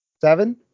Seven